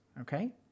Okay